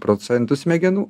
procentų smegenų